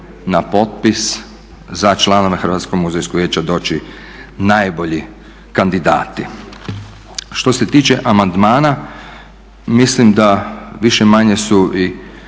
na potpis za članove Hrvatskog muzejskog vijeća doći najbolji kandidati. Što se tiče amandmana, mislim da više-manje su i